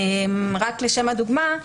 לשם הדוגמה,